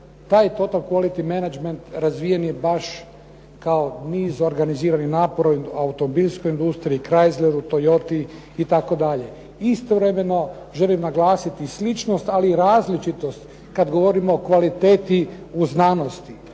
Taj "total quality menagment" razvijen je baš kao niz organiziranih napora u automobilskoj industriji, Crysleru, Toyoti itd. Istovremeno želim naglasiti sličnost, ali i različitost kad govorimo o kvaliteti u znanosti.